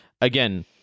Again